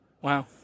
Wow